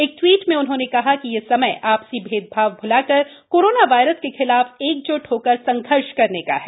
एक ट्वीट में उन्होंने कहा कि यह समय आ सी मतभेद भूलाकर कोरोना वायरस के खिलाफ एकजुट संघर्ष करने का है